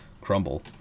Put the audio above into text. crumble